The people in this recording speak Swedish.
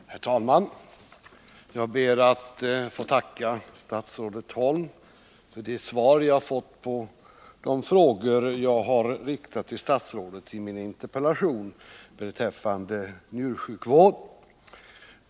Herr talman! Jag ber att få tacka statsrådet Holm för det svar jag har fått på de frågor jag har riktat till statsrådet i min interpellation beträffande njursjukvården.